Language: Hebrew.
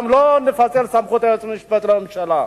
גם לא נפצל את סמכות היועץ המשפטי לממשלה.